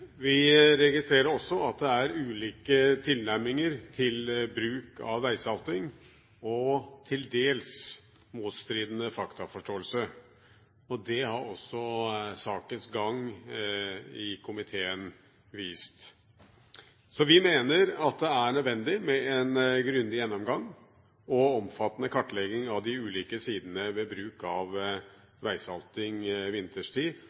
vi registrerer også at det er ulike tilnærminger til bruk av veisalting og til dels motstridende faktaforståelse. Det har også sakens gang i komiteen vist. Vi mener at det er nødvendig med en grundig gjennomgang og omfattende kartlegging av de ulike sidene ved bruk av veisalting vinterstid.